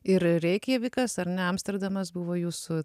ir reikjavikas ar ne amsterdamas buvo jūsų